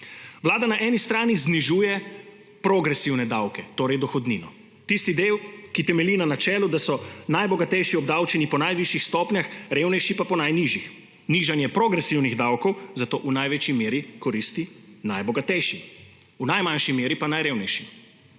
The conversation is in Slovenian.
Vlada na eni strani znižuje progresivne davke, torej dohodnino, tisti del, ki temelji na načelu, da so najbogatejši obdavčeni po najvišjih stopnjah, revnejši pa po najnižjih. Nižanje progresivnih davkov zato v največji meri koristi najbogatejšim, v najmanjši meri pa najrevnejšim